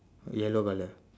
yellow colour